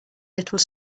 little